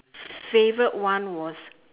favourite one was